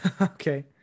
Okay